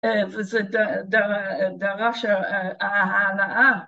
וזה דרש העלאה.